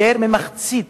יותר ממחצית